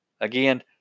Again